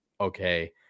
okay